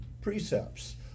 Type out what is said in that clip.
precepts